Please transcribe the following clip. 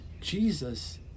Jesus